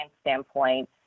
standpoint